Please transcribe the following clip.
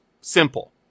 simple